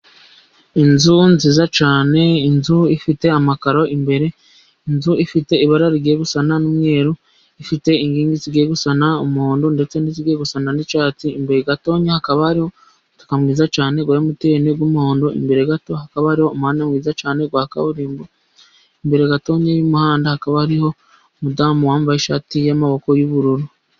Inzu nziza cyane. inzu ifite amakaro imbere inzu ifite ibara rigiye gusa n'umweru ifite inkingi zigiye gusa n'umuhondo ndetse n'izigiye gusa n'icyatsi. imbere gato hakaba umutaka mwiza cyane wa emitiyene w'umuhondo imbere gato hakaba hari umuhanda mwiza cyane wakaburimbo imbere gato y'umuhanda hakaba hari umudamu wambaye ishati y'amaboko y'ubururu.